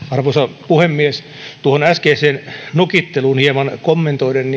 arvoisa puhemies tuohon äskeiseen nokitteluun hieman kommentoiden